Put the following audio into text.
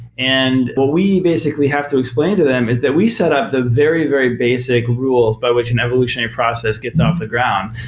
and what we basically have to explain to them is that we set up the very, very basic rules by which an evolutionary process gets off the ground.